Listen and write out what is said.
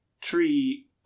tree